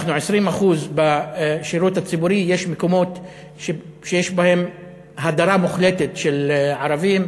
ואנחנו 20%. בשירות הציבורי יש מקומות שיש בהם הדרה מוחלטת של ערבים,